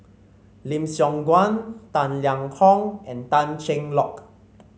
Lim Siong Guan Tang Liang Hong and Tan Cheng Lock